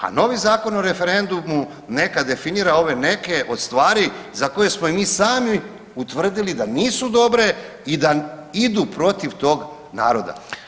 A novi Zakon o referendumu neka definira ove neke od stvari za koje smo i mi sami utvrdili da nisu dobre i da idu protiv tog naroda